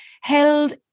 held